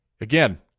Again